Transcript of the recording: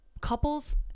Couples